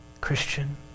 Christian